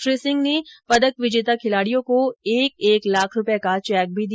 श्री सिंह ने पदक विजेता खिलाड़ियों को एक एक लाख रुपये का चैक भी दिया